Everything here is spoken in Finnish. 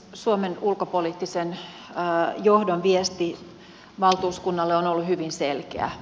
suomen ulkopoliittisen johdon viesti valtuuskunnalle on ollut hyvin selkeä